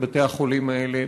בבתי-החולים האלה,